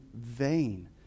vain